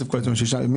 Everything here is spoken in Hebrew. זה כסף קואליציוני?